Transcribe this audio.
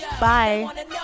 bye